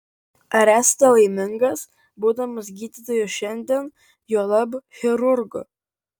ar esate laimingas būdamas gydytoju šiandien juolab chirurgu